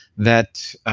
that